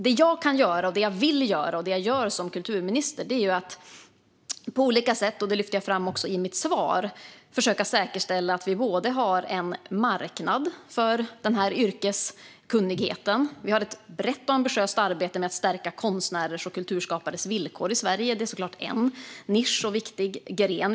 Det jag kan och vill göra, och som jag gör som kulturminister, är att på olika sätt, som jag också lyfte fram i mitt svar, försöka säkerställa att vi har en marknad för den här yrkeskunskapen. Vi har ett brett och ambitiöst arbete med att stärka konstnärers och kulturskapares villkor i Sverige. Det är såklart en nisch och viktig gren.